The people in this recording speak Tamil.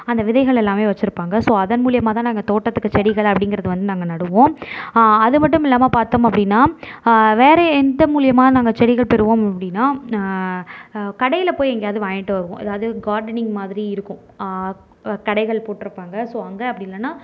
அந்த விதைகள் எல்லாமே வச்சுருப்பாங்க ஸோ அதன் மூலயமா தான் நாங்கள் தோட்டத்துக்கு செடிகள் அப்படிங்கிறது வந்து நாங்கள் நடுவோம் அது மட்டுமில்லாமல் பார்த்தோம் அப்படின்னா வேறு எந்த மூலயமா நாங்கள் செடிகள் பெறுவோம் அப்படின்னா கடையில் போய் எங்கேயாவது வாங்கிட்டு வருவோம் ஏதாவது கார்டனிங் மாதிரி இருக்கும் கடைகள் போட்டிருப்பாங்க ஸோ அங்கே அப்படி இல்லைனா